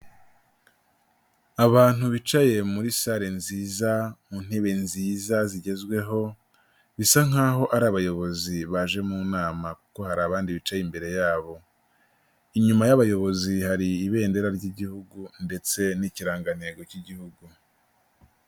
Abantu bicaye muri sale nziza, mu ntebe nziza zigezweho, bisa nkaho ari abayobozi baje mu nama kuko hari abandi bicaye imbere yabo. Inyuma y'abayobozi hari ibendera ry'igihugu ndetse n'ikirangantego cy'igihugu.